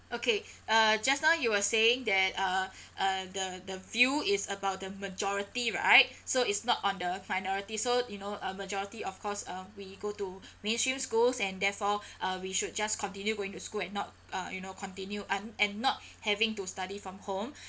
okay uh just now you were saying that uh uh the the view is about the majority right so it's not on the minority so you know uh majority of course uh we go to mainstream schools and therefore uh we should just continue going to school and not uh you know continue and and not having to study from home